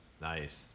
Nice